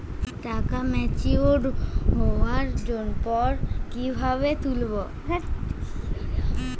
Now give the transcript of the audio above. টাকা ম্যাচিওর্ড হওয়ার পর কিভাবে তুলব?